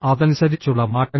അതനുസരിച്ചുള്ള മാറ്റങ്ങൾ